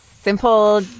Simple